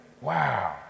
wow